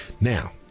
Now